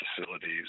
facilities